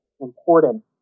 important